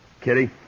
Kitty